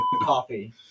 coffee